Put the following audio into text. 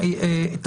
שקיפות.